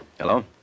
Hello